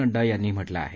नड्डा यांनी म्हटलं आहे